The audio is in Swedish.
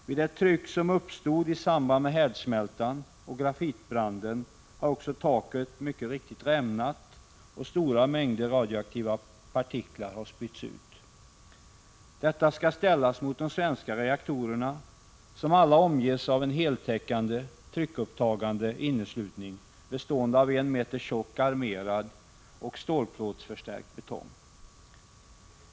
Vid det tryck som uppstod i samband med härdsmältan och grafitbranden har också taket mycket riktigt rämnat, och stora mängder radioaktiva partiklar har spytts ut. Detta skall ställas mot de svenska reaktorerna, som alla omges av en heltäckande tryckupptagande inneslutning bestående av armerad och stålplåtsförstärkt betong som är 1 meter tjock.